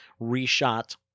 reshot